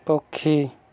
ପକ୍ଷୀ